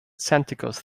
santikos